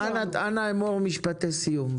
אנא אמור משפטי סיום.